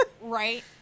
right